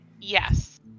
Yes